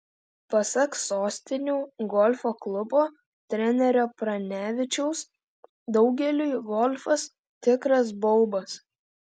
pasak sostinių golfo klubo trenerio pranevičiaus daugeliui golfas tikras baubas